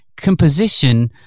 composition